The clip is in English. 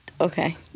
okay